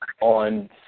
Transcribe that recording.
on